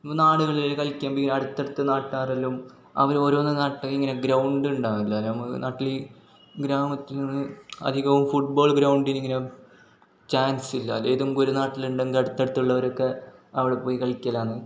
നാടുകളിൽ കളിക്കുമ്പോൾ ഈ അടുത്തടുത്ത നാട്ടുകാരെല്ലാം അവരോരോന്ന് നാടിൽ ഇങ്ങനെ ഗ്രൗണ്ടുണ്ടാവില്ല നമ്മൾ നാട്ടിൽ ഗ്രാമത്തിൽ ഇന്ന് അധികവും ഫുട്ബോൾ ഗ്രൗണ്ടിലിങ്ങനെ ചാൻസ് ഇല്ല ഏതെങ്കിലും ഒരു നാട്ടിലുണ്ടെങ്കിൽ അടുത്തടുത്തുള്ളവരക്കെ അവിടെ പോയി കളിക്കലാണ്